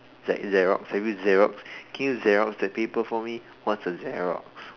it's like Xerox have you Xerox can you Xerox that paper for me what's a Xerox